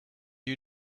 you